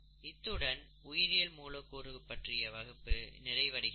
இத்துடன் உயிரியல் மூலக்கூறுகள் பற்றிய வகுப்பு நிறைவடைகிறது